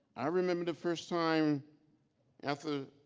i remember the first time after